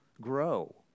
grow